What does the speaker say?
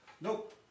Nope